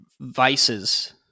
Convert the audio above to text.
vices